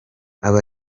aba